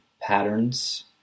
patterns